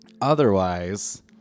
Otherwise